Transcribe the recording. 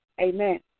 amen